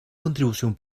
contribución